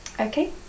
Okay